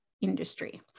industry